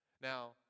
Now